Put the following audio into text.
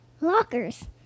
lockers